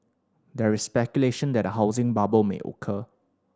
there is speculation that a housing bubble may occur